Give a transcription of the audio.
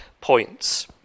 points